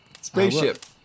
Spaceship